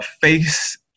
face